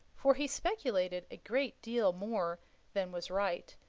for he speculated a great deal more than was right,